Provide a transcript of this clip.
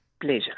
Pleasure